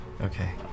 Okay